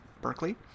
Berkeley